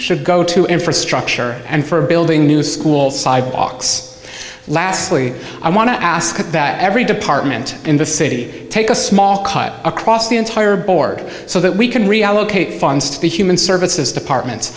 should go to infrastructure and for building new schools sidewalks lastly i want to ask that every department in the city take a small cut across the entire board so that we can reallocate funds to be human services department